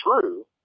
true